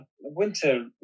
Winter